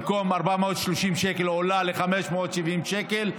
במקום 430 שקל, הועלה ל-570 שקל.